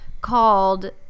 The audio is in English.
called